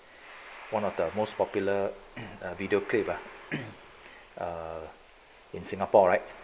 one of the most popular err video clip ah err in singapore right